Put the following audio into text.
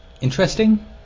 interesting